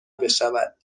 بشود